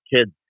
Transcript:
kids